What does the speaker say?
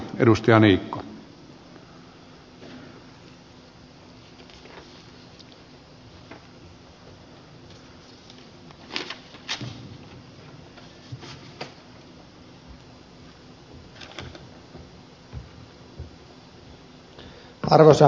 arvoisa herra puhemies